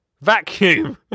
Vacuum